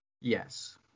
Yes